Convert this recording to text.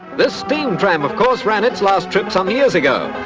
the steam tram of course ran its last trip some years ago,